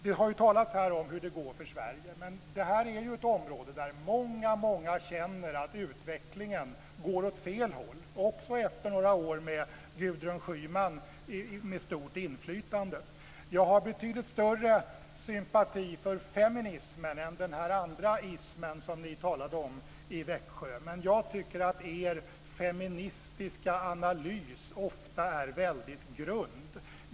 Det har här talats om hur det går för Sverige, men kvinnornas situation är ju ett område där många känner att utvecklingen går åt fel håll, också efter några år då Gudrun Schyman har haft stort inflytande. Jag har betydligt större sympati för feminismen än den andra ismen som ni talade om Växjö, men jag tycker att er feministiska analys ofta är väldigt grund.